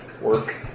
work